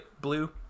Blue